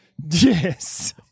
yes